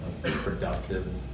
productive